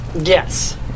Yes